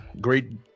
great